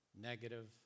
negative